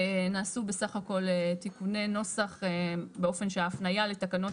נעשו בסך הכל תיקוני נוסח באופן שההפניה לתקנות